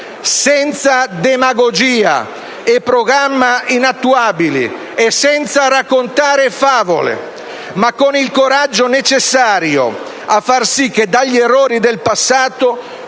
senza demagogia e proclami inattuabili e senza raccontare favole, ma con il coraggio necessario a far sì che, tenendo conto degli errori del passato,